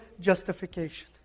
justification